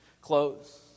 Close